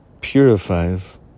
purifies